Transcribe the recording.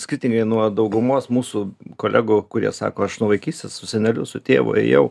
skirtingai nuo daugumos mūsų kolegų kurie sako aš nuo vaikystės su seneliu su tėvu ėjau